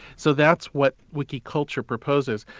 so that's what wiki culture proposes.